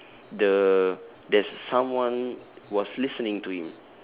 the there's someone was listening to him